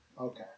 Okay